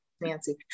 Nancy